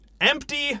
empty